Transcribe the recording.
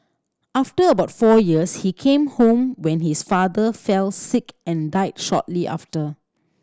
after about four years he came home when his father fell sick and died shortly after